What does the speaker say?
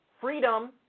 freedom